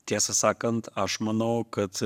tiesą sakant aš manau kad